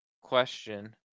question